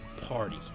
party